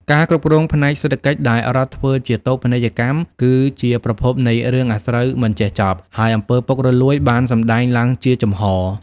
ការគ្រប់គ្រងផ្នែកសេដ្ឋកិច្ចដែលរដ្ឋធ្វើជាតូបនីយកម្មគឺជាប្រភពនៃរឿងអាស្រូវមិនចេះចប់ ហើយអំពើពុករលួយបានសម្តែងឡើងជាចំហ។